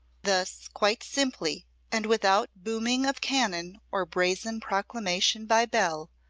thus, quite simply and without booming of cannon or brazen proclamation by bell,